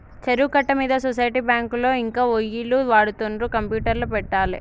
చెరువు కట్ట మీద సొసైటీ బ్యాంకులో ఇంకా ఒయ్యిలు వాడుతుండ్రు కంప్యూటర్లు పెట్టలే